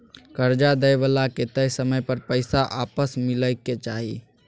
कर्जा दइ बला के तय समय पर पैसा आपस मिलइ के चाही